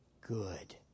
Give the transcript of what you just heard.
good